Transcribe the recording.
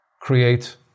create